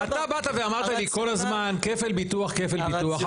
אתה באת ואמרת לי כל הזמן כפל ביטוח, כפל ביטוח.